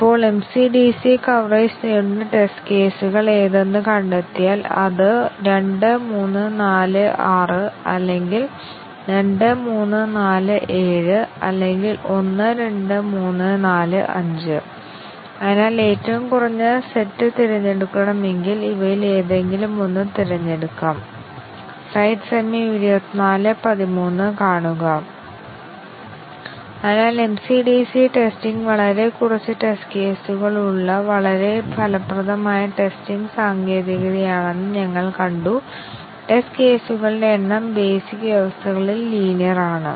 അതിനാൽ MCDC coverage നേടുന്നതിന് കൂടുതൽ വ്യക്തമായ രീതിയിൽ പറയാൻ ഞങ്ങൾക്ക് മൂന്ന് മൂന്ന് ആവശ്യകതകളുണ്ട് ആദ്യത്തേത് ഓരോ അടിസ്ഥാന വ്യവസ്ഥയും ശരിയും തെറ്റും ആക്കണം ഇത് ഓരോ അടിസ്ഥാന വ്യവസ്ഥയും ശരിയായി നേടേണ്ട കണ്ടീഷൻ കവറേജ് പോലെയാണ് അടിസ്ഥാന കണ്ടിഷൻ ട്രൂ ഉം ഫാൾസ് ഉം നേടണം കൂടാതെ ബാക്കി എല്ലാ കണ്ടിഷനുകളുടെ മൂല്യങ്ങളും നേടണം